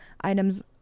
items